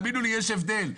האמינו לי, יש הבדל.